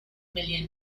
million